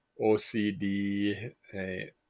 OCD